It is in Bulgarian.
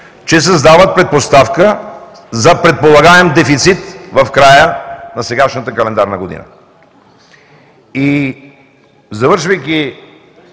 че създават предпоставка за предполагаем дефицит в края на сегашната календарна година.